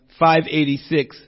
586